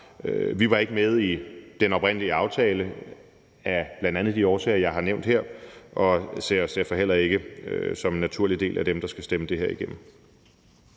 Vi var ikke med i den oprindelige aftale af bl.a. de årsager, jeg har nævnt her, og ser os derfor heller ikke som en naturlig del af dem, der skal stemme det her igennem.